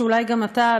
שאולי גם אתה,